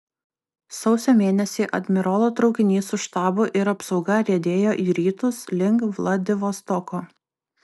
sausio mėnesį admirolo traukinys su štabu ir apsauga riedėjo į rytus link vladivostoko